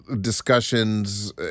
discussions